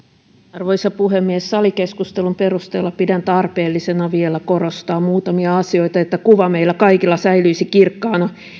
arvoisa puhemies salikeskustelun perusteella pidän tarpeellisena vielä korostaa muutamia asioita että kuva meillä kaikilla säilyisi kirkkaana